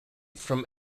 from